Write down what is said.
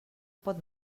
pot